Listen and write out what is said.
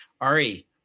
Ari